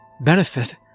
benefit